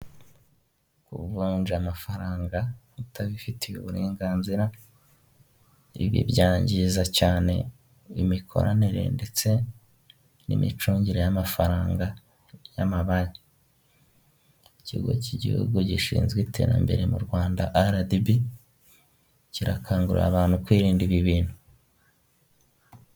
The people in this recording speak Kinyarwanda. Kuvunja amafaranga utabifitiye uburenganzira ibi byangiza cyane imikoranire ndetse n'imicungire y'amafaranga y'amabanki, ikigo cy'igihugu gishinzwe iterambere mu rwanda rdb kirakangurira abantu kwirinda ibi bintu.